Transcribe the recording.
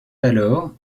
alors